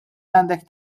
għandek